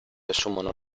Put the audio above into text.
assumono